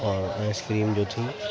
اور ice cream جو تھی